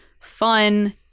fun